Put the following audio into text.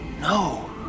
No